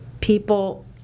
people